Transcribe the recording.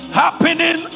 happening